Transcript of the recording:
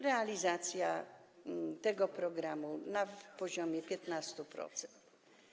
Realizacja tego programu na poziomie 15%.